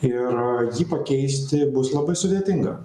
ir jį pakeisti bus labai sudėtinga